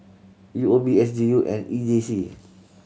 U O B S D U and E J C